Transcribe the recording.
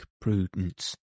prudence